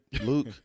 Luke